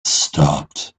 stopped